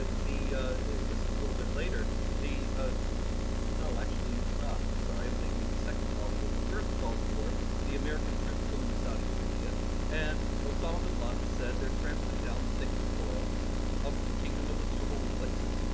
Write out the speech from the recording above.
the this is a little bit later the no, actually it's not. i'm sorry. i'm thinking of the second gulf war. the first gulf war the american troops go into saudi arabia and osama bin laden said they're trampling down the sacred soil of the kingdom of the two holy places.